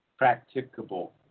Practicable